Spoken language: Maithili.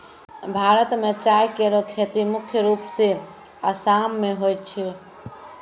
भारत म चाय केरो खेती मुख्य रूप सें आसाम मे होय छै